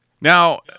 Now